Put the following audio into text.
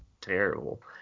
terrible